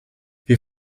wir